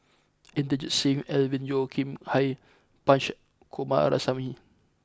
Inderjit Singh Alvin Yeo Khirn Hai Punch Coomaraswamy